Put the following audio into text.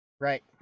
Right